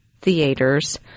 theaters